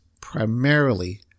primarily